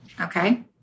Okay